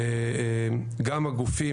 וגם הגופים,